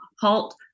halt